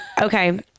Okay